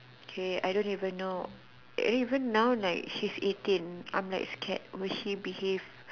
okay I don't even know even now like she's eighteen I'm like scared will she behave